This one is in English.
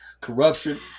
corruption